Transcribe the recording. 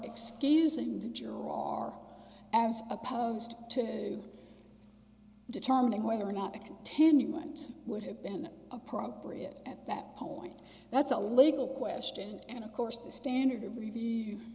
jurong are as opposed to determining whether or not a continuance would have been appropriate at that point that's a legal question and of course the standard of revie